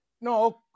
No